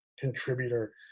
contributor